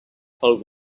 pel